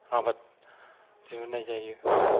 आबाद दिहुननाय जायो